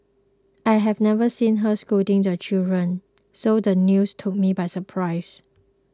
I have never seen her scolding the children so the news took me by surprise